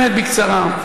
באמת בקצרה,